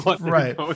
Right